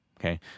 okay